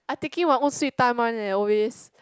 I taking my own sweet time one eh always